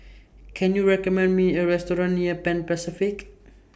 Can YOU recommend Me A Restaurant near Pan Pacific